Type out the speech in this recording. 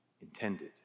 intended